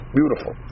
Beautiful